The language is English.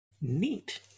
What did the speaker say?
Neat